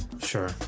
Sure